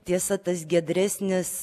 tiesa tas giedresnis